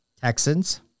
Texans